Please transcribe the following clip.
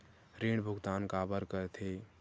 ऋण भुक्तान काबर कर थे?